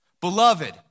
Beloved